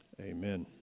Amen